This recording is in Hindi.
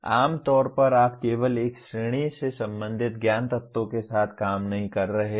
आम तौर पर आप केवल एक श्रेणी से संबंधित ज्ञान तत्वों के साथ काम नहीं कर रहे हैं